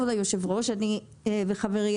כבוד היושב-ראש וחברי,